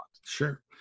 Sure